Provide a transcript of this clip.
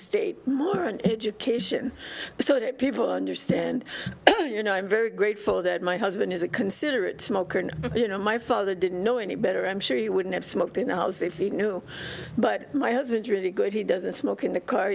state or an education so that people understand you know i'm very grateful that my husband is a considerate smoker and you know my father didn't know any better i'm sure he wouldn't have smoked in the house if he knew but my husband really good he doesn't smoke in the car